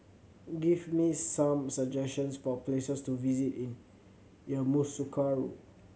give me some suggestions for places to visit in Yamoussoukro